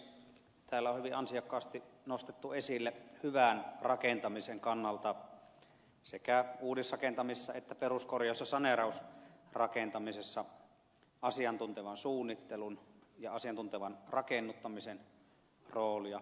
täällä on hyvin ansiokkaasti nostettu esille hyvän rakentamisen kannalta sekä uudisrakentamisessa että peruskorjaus ja saneerausrakentamisessa asiantuntevan suunnittelun ja asiantuntevan rakennuttamisen roolia